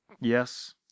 Yes